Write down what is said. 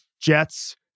Jets